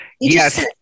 Yes